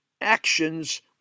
actions